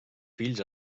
fills